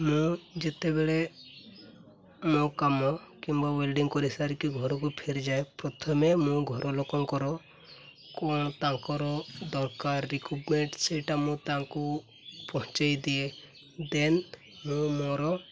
ମୁଁ ଯେତେବେଳେ ମୋ କାମ କିମ୍ବା ୱେଲ୍ଡିଂ କରିସାରିକି ଘରକୁ ଫେରିଯାଏ ପ୍ରଥମେ ମୁଁ ଘର ଲୋକଙ୍କର କ'ଣ ତାଙ୍କର ଦରକାର ରିକ୍ୱାର୍ମେଣ୍ଟ୍ ସେଇଟା ମୁଁ ତାଙ୍କୁ ପହଁଞ୍ଚେଇ ଦିଏ ଦେନ୍ ମୁଁ ମୋର